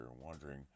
wondering